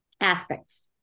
aspects